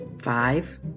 Five